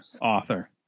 author